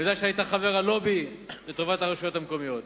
אני יודע שהיית חבר הלובי לטובת הרשויות המקומיות.